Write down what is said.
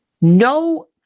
no